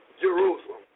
Jerusalem